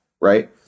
right